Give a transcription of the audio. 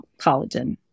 collagen